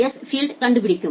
S ஃபீல்டை கண்டுபிடிக்கும்